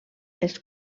els